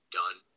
done